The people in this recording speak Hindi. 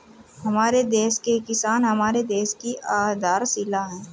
हमारे देश के किसान हमारे देश की आधारशिला है